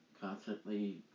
Constantly